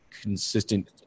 consistent